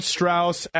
Strauss